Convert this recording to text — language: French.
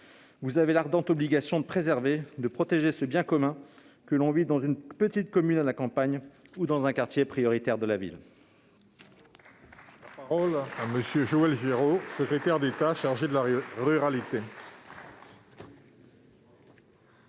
Vous avez l'ardente obligation de préserver, de protéger ce bien commun, que l'on vive dans une petite commune à la campagne ou dans un quartier prioritaire de la